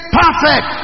perfect